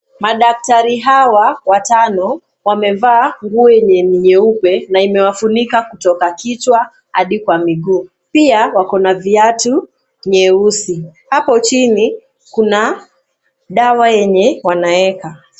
Madaktari hawa watano, wamevaa nguo yenye ni nyeupe na imewafunika kutoka kichwa, hadi kwa miguu. Pia, wako na viatu nyeusi. Hapo chini, kuna dawa yenye wanaeka.